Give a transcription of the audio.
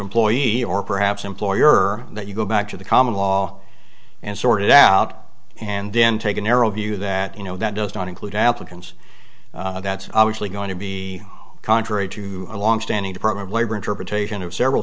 employee or perhaps employer that you go back to the common law and sort it out and then take a narrow view that you know that does not include applicants that's obviously going to be contrary to a longstanding department of labor interpretation of several